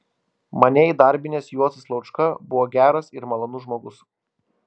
mane įdarbinęs juozas laučka buvo geras ir malonus žmogus